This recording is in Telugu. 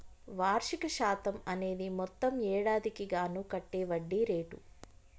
వార్షిక శాతం అనేది మొత్తం ఏడాదికి గాను కట్టే వడ్డీ రేటు